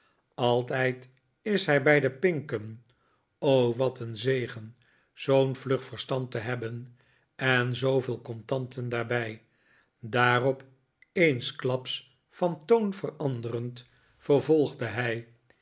aitijd is hij bij de pinken o wat een zegen zoo'n vlug verstand te hebben en zooveel contanten daarbij daarop eensklaps van toon veranderend vervolgde hij